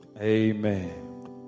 Amen